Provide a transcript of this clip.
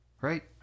right